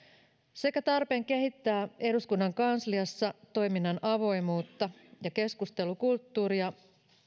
sekä tarpeen kehittää eduskunnan kansliassa toiminnan avoimuutta ja keskustelukulttuuria